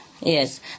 Yes